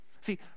See